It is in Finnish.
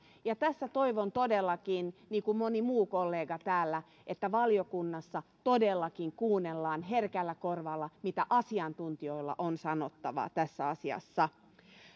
ja tässä toivon todellakin niin kuin moni muu kollega täällä että valiokunnassa kuunnellaan herkällä korvalla mitä asiantuntijoilla on sanottavaa tässä asiassa